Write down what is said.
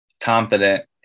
confident